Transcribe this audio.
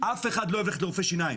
אף אחד לא אוהב ללכת לרופא שיניים,